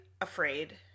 afraid